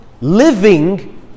living